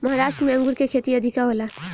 महाराष्ट्र में अंगूर के खेती अधिका होला